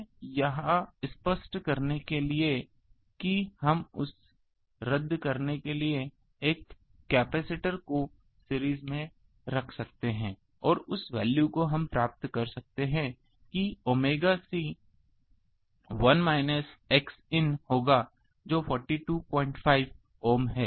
इसलिए यह स्पष्ट करने के लिए कि हम उस रद्द करने के लिए एक कैपेसिटर को सीरीज में रख सकते हैं और उस वैल्यू को हम प्राप्त कर सकते हैं कि ओमेगा C 1 माइनस Xin होगा जो कि 425 ओम है